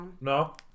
No